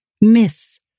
myths